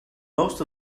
most